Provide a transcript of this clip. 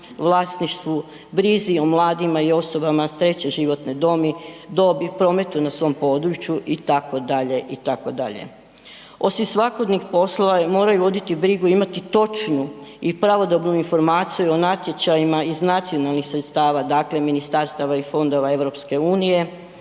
vlasništvu, brizi o mladima i osobama treće životne dobi, prometu na svom području itd., itd. Osim svakodnevnih poslova moraju voditi brigu i imati točnu i pravodobnu informaciju o natječajima iz nacionalnih sredstava, dakle ministarstava i fondova EU,